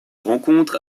rencontre